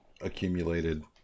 accumulated